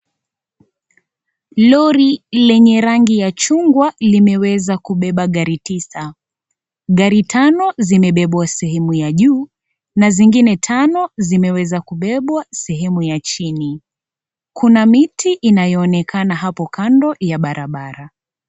Lori lenye rangi ya chugwa limeweza kubeba gari tisa, gari tano zimebebwa sehemu ya juu, na zingine tano zimeweza kubebwa sehemu ya chini, kuna miti inayoonekana hapo kando ya barabara.